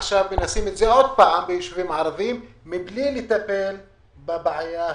עכשיו מנסים את זה שוב בישובים הערבים מבלי לטפל בבעיה האמיתית.